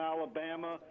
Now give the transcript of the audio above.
Alabama